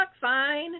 fine